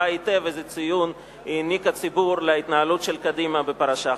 ראה היטב איזה ציון העניק הציבור להתנהלות של קדימה בפרשה הזאת.